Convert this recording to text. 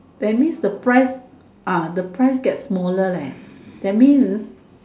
that means the price ah the price get smaller eh that means